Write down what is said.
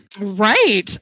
Right